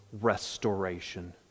restoration